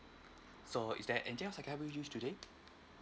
so is there anything else I can help you today